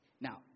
Now